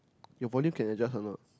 your volume can adjust or not